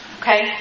Okay